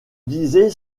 disait